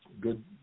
good